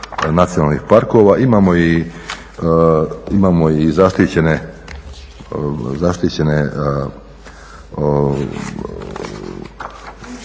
nacionalnih parkova. Imamo i zaštićene krajolike